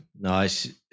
nice